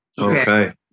Okay